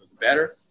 better